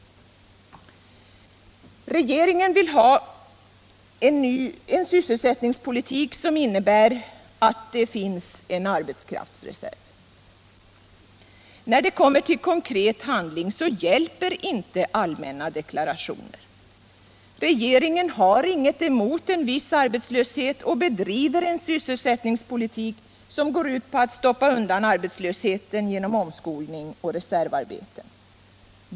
Regeringen vill ha en sysselsättningspolitik som innebär att det finns en arbetskraftsreserv. När det kommer till konkret handling, hjälper inte allmänna deklarationer. Regeringen har inget emot en viss arbetslöshet och driver en sysselsättningspolitik som går ut på att stoppa undan arbetslösheten genom omskolning och reservarbeten.